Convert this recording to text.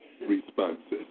responses